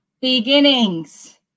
beginnings